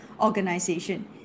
organization